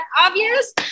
obvious